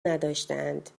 نداشتهاند